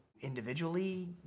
individually